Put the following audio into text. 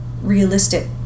realistic